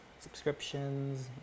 Subscriptions